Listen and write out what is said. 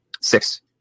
six